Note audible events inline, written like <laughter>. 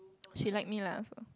<noise> she like me lah so